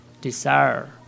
desire